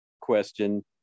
question